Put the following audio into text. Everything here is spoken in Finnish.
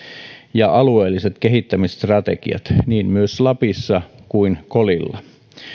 ja alueelliset kehittämisstrategiat niin myös lapissa kuin kolilla